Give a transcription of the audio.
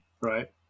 Right